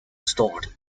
stored